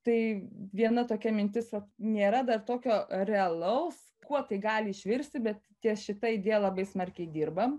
tai viena tokia mintis nėra dar tokio realaus kuo tai gali išvirsti bet ties šita idėja labai smarkiai dirbam